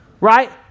right